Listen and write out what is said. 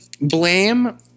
blame